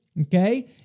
Okay